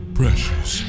precious